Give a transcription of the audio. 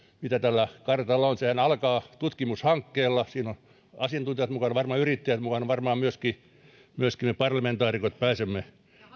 mitä tällä kartalla on sehän alkaa tutkimushankkeella siinä on asiantuntijat mukana varmaan yrittäjät mukana varmaan myöskin myöskin me parlamentaarikot pääsemme